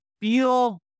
feel